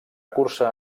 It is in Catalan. cursar